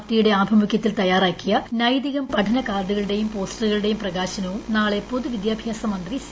T യുടെ ആഭിമുഖൃത്തിൽ തയാറാക്കിയ പഠനകാർഡുകളുടെയും പോസ്റ്ററുകളുടെയും പ്രകാശനവും നാളെ പൊതുവിദ്യാഭ്യാസ മന്ത്രി സി